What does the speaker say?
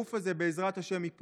הטירוף הזה, בעזרת השם, ייפול.